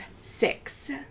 six